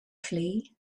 flee